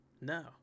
No